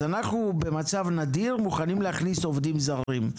אז אנחנו במצב נדיר מוכנים להכניס עובדים זרים.